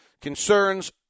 Concerns